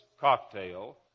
cocktail